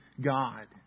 God